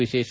ವಿಶೇಷ